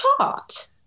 chart